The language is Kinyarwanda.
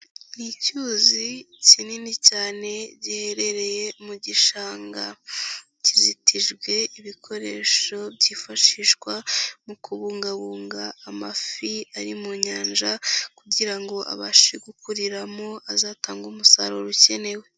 Ni icyuzi kinini cyane giherereye mu gishanga, kizitijwe ibikoresho byifashishwa mu kubungabunga amafi ari mu nyanja kugira ngo abashe gukuriramo azatanga umusaruro ukenewe.